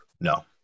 No